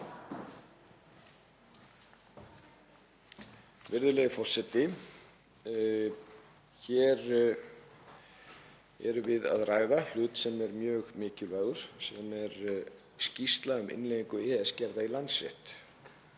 Virðulegi forseti. Hér erum við að ræða hlut sem er mjög mikilvægur, sem er skýrsla um innleiðingu EES-gerða í landsrétt.